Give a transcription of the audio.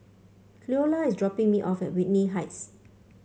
Cleola is dropping me off at Whitley Heights